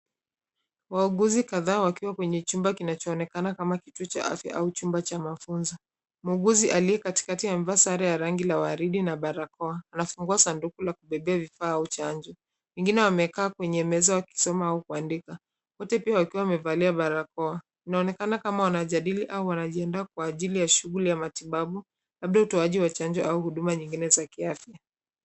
Wauguzi kadaa wakiwa kwenye chumba kinachoonekana kama kituo cha afya au chumba ha mafunzo, muuguzi aliyekatikati amevaa sare ya rangi la waridi na barakoa, anafungua sanduku la kubebea vifaa au chanjo, wengine wamekaakwenye meza wakisoma au kuadika, wote pia wakiwa wamevalia barakoa inaonekana kama wanajadili au wanajiadaa kwa shughuli ya matiabu, labda utoaji wa chanjo au huduma nyingine za kiafya.